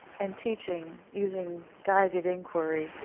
and teaching using guided inquiry,